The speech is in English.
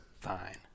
Fine